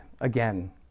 again